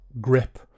grip